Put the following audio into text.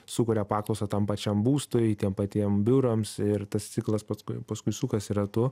sukuria paklausą tam pačiam būstui tiem patiem biurams ir tas ciklas paskui paskui sukasi ratu